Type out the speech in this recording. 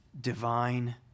divine